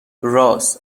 رآس